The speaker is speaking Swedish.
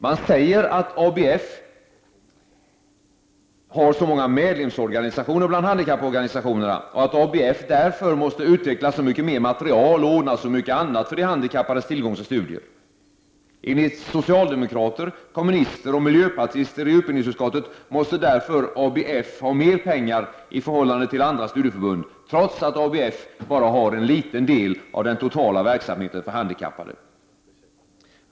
Man säger att ABF har så många medlemsorganisationer bland handikapporganisationerna och att ABF därför måste utveckla så mycket mer material och ordna så mycket annat för de handikappades tillgång till studier. Enligt socialdemokrater, kommunister och miljöpartister i utbildningsutskottet måste därför ABF ha mer pengar i förhållande till andra studieförbund, trots att ABF bara har en liten del av den totala verksamheten för handikappade.